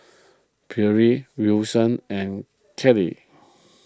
Perley Wilson and Kelley